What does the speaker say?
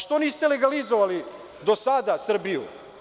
Što niste legalizovali do sada Srbiju?